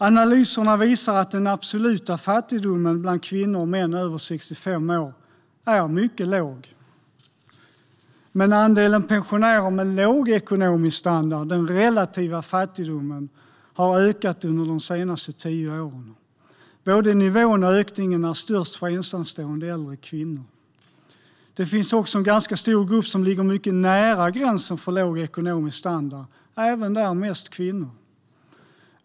Analyserna visar att den absoluta fattigdomen bland kvinnor och män över 65 år är mycket låg. Men andelen pensionärer med låg ekonomisk standard - den relativa fattigdomen - har ökat under de senaste tio åren. Både nivån och ökningen är störst för ensamstående äldre kvinnor. Det finns också en ganska stor grupp som ligger mycket nära gränsen för låg ekonomisk standard, och även där är det mest kvinnor.